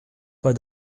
pas